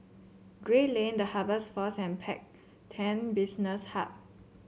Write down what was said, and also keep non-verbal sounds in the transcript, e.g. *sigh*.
Gray Lane The Harvest Force and *unintelligible* Business Hub